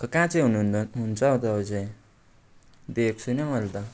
कहाँ चाहिँ हुनुहुन्न हुन्छ तपाईँ चाहिँ देखेको छैन मैले त